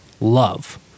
love